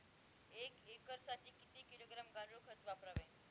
एक एकरसाठी किती किलोग्रॅम गांडूळ खत वापरावे?